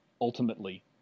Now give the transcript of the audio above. ultimately